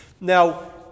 Now